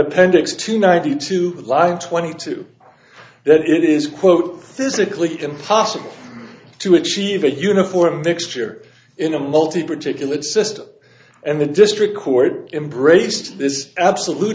appendix two ninety two line twenty two that it is quote physically impossible to achieve a uniform mixture in a multi particulate system and the district court embraced this absolut